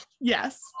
Yes